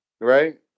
right